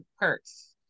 perks